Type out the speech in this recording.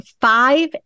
five